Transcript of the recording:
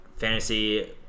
fantasy